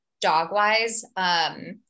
dog-wise